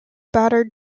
battered